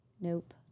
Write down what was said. nope